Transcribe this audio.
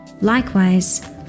Likewise